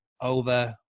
over